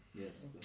Yes